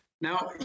Now